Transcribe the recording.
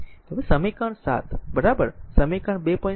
હવે સમીકરણ 7 બરાબર સમીકરણ 2